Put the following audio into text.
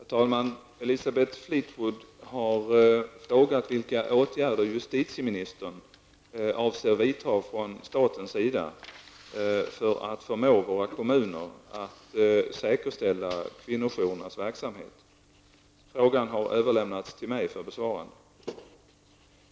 Herr talman! Elisabeth Fleetwood har frågat vilka åtgärder justitieministern avser vidta från statens sida för att förmå våra kommuner att säkerställa kvinnojourernas verksamhet. Frågan har överlämnats till mig för besvarande.